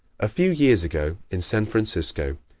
a few years ago, in san francisco,